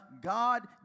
God